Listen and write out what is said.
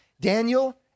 Daniel